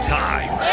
time